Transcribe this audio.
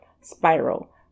spiral